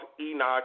Enoch